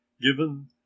given